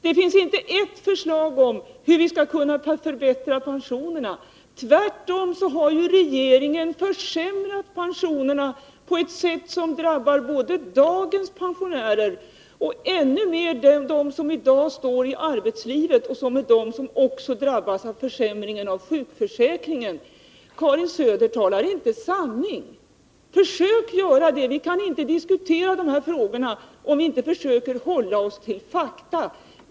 Det finns inte ett förslag om hur vi skall kunna förbättra pensionerna. Tvärtom har ju regeringen försämrat pensionerna på ett sätt som drabbar både dagens pensionärer och ännu mer dem som i dag står i arbetslivet, dem som också drabbas av försämringen av sjukförsäkringen. Karin Söder talar inte sanning. Försök göra det! Vi kan inte diskutera dessa frågor, om vi inte försöker hålla oss till fakta.